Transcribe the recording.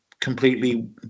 completely